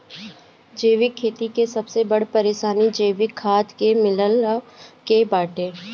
जैविक खेती के सबसे बड़ परेशानी जैविक खाद के मिलला के बाटे